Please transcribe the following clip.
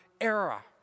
era